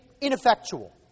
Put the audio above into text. ineffectual